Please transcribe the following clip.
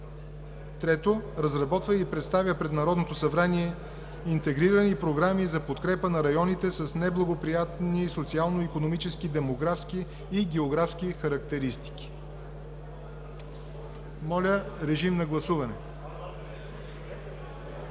3. Разработва и представя пред Народното събрание интегрирани програми за подкрепа на районите с неблагоприятни социално-икономически, демографски и географски характеристики.“ Моля, режим на гласуване.